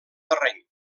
terreny